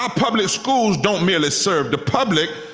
ah public schools don't merely serve the public.